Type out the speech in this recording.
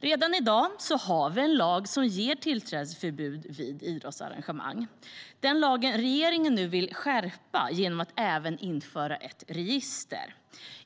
Redan i dag har vi en lag om tillträdesförbud vid idrottsarrangemang. Den lagen vill regeringen nu skärpa genom att även införa ett register.